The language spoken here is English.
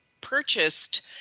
purchased